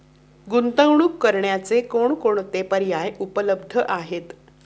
गुंतवणूक करण्याचे कोणकोणते पर्याय उपलब्ध आहेत?